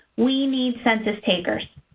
we need census takers.